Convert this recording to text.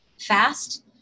fast